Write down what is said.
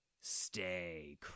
stay